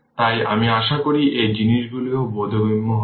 তাই আমি আশা করি এই জিনিসগুলিও বোধগম্য হবে